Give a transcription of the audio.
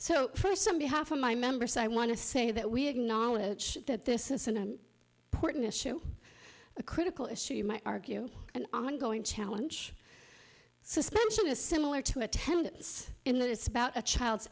for some behalf of my members i want to say that we acknowledge that this is an important issue a critical issue you might argue an ongoing challenge suspension is similar to attendance in that it's about a child's